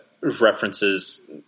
references